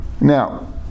Now